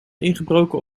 ingebroken